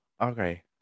okay